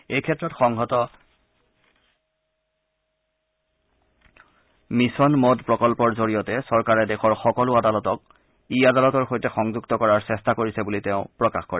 এইক্ষেত্ৰত সংহত mission mode প্ৰকল্পৰ জৰিয়তে চৰকাৰে দেশৰ সকলো আদালতক ই আদালতৰ সৈতে সংযুক্ত কৰাৰ চেষ্টা কৰিছে বুলি তেওঁ প্ৰকাশ কৰে